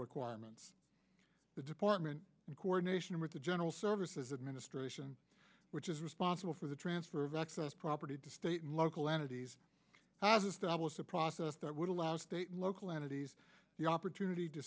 requirements the department in coordination with the general services administration which is responsible for the transfer of excess property to state and local entities has established a process that would allow state and local entities the opportunity to